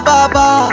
Baba